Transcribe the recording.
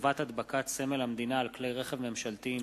חובת הדבקת סמל המדינה על כלי רכב ממשלתיים),